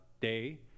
day